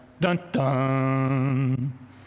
dun-dun